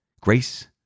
grace